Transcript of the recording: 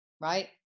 right